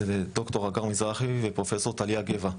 ד"ר הגר מזרחי ופרופ' טליה גבע,